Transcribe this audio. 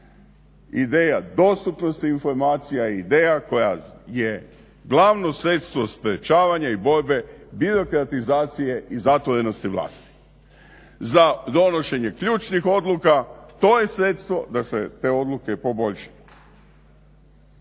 Ideja dostupnosti informacija, ideja koja je glavno sredstvo sprečavanja i borbe birokratizacije i zatvorenosti vlasti. Za donošenje ključnih odluka to je sredstvo da se te odluke poboljša.